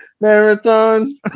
Marathon